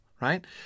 right